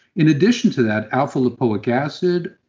in addition to that, alpha-lipoic acid,